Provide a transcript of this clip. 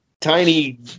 tiny